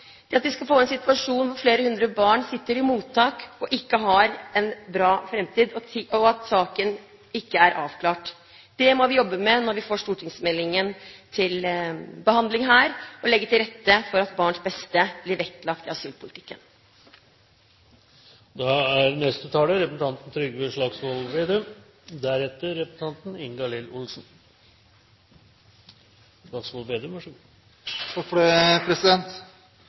Vi kan få en situasjon der flere hundre barn sitter i mottak og ikke har en bra framtid, og at saken ikke er avklart. Når vi får stortingsmeldingen til behandling her, må vi jobbe med å legge til rette for at barns beste blir vektlagt i asylpolitikken.